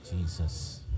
Jesus